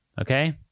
Okay